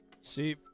See